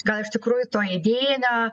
gal iš tikrųjų to idėjinio